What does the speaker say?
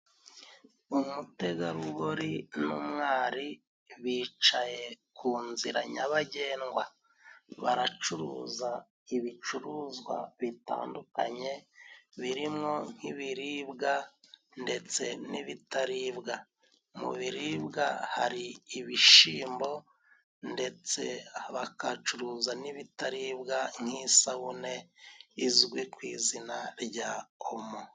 Umutegarugori n'umwari bicaye ku nzi nyabagendwa, baracuruza ibicuruzwa bitandukanye birimwo nk'ibiribwa ndetse n'ibitaribwa, mu biribwa hari ibishimbo ndetse bakacuruza n'ibitaribwa nk'isabune izwi ku izina rya omo.